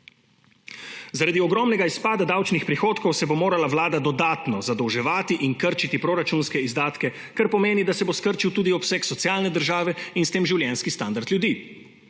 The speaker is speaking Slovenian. Zaradi ogromnega izpada davčnih prihodkov se bo morala Vlada dodatno zadolževati in krčiti proračunske izdatke, kar pomeni, da se bo skrčil tudi obseg socialne države in s tem življenjski standard ljudi,